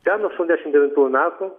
ten nuo aštuondešim devintųjų metų